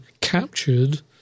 captured